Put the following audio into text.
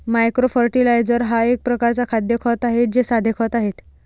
micro fertiliser हा एक प्रकारचा खाद्य खत आहे हे साधे खते आहेत